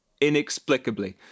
inexplicably